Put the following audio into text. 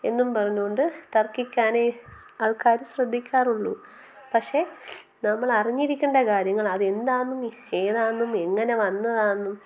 എന്നും പറഞ്ഞു കൊണ്ട് തർക്കിക്കാനേ ആൾക്കാർ ശ്രദ്ധിക്കാറുള്ളു പക്ഷേ നമ്മൾ അറിഞ്ഞിരിക്കേണ്ട കാര്യങ്ങൾ അതെന്താണെന്നും ഏതാണെന്നും എങ്ങനെ വന്നതാണെന്നും